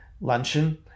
luncheon